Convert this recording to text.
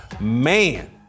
man